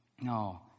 No